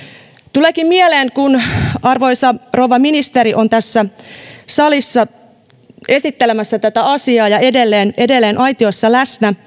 tuleekin mieleen kun arvoisa rouva ministeri on tässä salissa esittelemässä tätä asiaa ja edelleen edelleen aitiossa läsnä